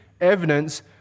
evidence